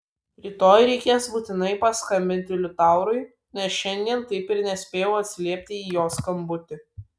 rytoj reikės būtinai paskambinti liutaurui nes šiandien taip ir nespėjau atsiliepti į jo skambutį